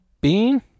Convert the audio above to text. bean